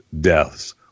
deaths